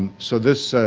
so this,